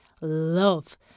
love